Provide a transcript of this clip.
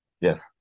Yes